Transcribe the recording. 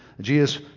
Jesus